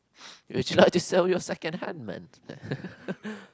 would you like to sell your second hand man